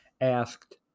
asked